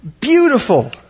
beautiful